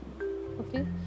okay